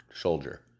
soldier